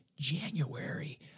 January